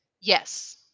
Yes